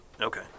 Okay